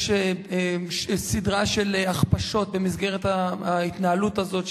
ויש סדרה של הכפשות במסגרת ההתנהלות הזאת,